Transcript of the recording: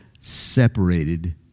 separated